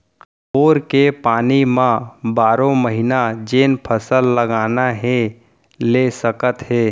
bore के पानी म बारो महिना जेन फसल लगाना हे ले सकत हे